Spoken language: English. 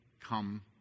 come